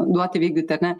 duoti vykdyti ar ne